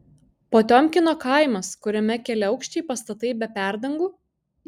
potiomkino kaimas kuriame keliaaukščiai pastatai be perdangų